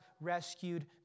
rescued